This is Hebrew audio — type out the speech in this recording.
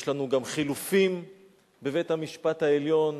יש לנו גם חילופין בבית-המשפט העליון